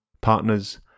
partners